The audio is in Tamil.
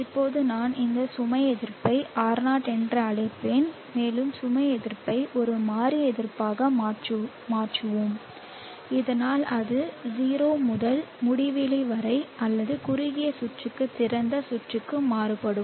இப்போது நான் இந்த சுமை எதிர்ப்பை R0 என்று அழைப்பேன் மேலும் சுமை எதிர்ப்பை ஒரு மாறி எதிர்ப்பாக மாற்றுவோம் இதனால் அது 0 முதல் முடிவிலி வரை அல்லது குறுகிய சுற்றுக்கு திறந்த சுற்றுக்கு மாறுபடும்